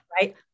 Right